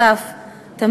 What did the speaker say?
ונוסף על כך,